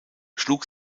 schlug